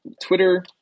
Twitter